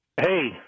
Hey